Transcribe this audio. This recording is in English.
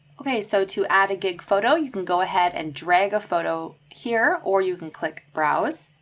okay, so to add a gig photo, you can go ahead and drag a photo here or you can click browse.